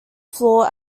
floor